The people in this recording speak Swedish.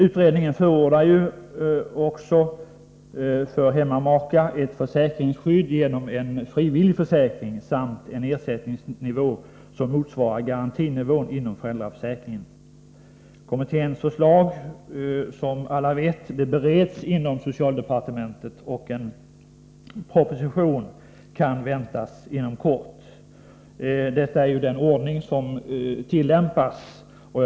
Utredningen förordar ett försäkringsskydd för hemmamakar genom en frivillig försäkring samt en ersättningsnivå som motsvarar garantinivån inom föräldraförsäkringen. Kommitténs förslag bereds, som alla vet, inom socialdepartementet. En proposition kan väntas inom kort. Detta ärende behandlas alltså i sedvanlig ordning.